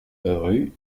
rue